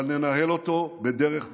אבל ננהל אותו בדרך דמוקרטית,